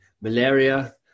malaria